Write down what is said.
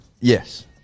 yes